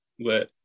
let